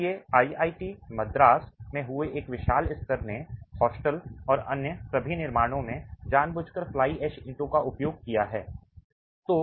इसलिए आईआईटी मद्रास में हुए विशाल विस्तार ने हॉस्टल और अन्य सभी निर्माणों में जानबूझकर फ्लाई ऐश ईंटों का उपयोग किया है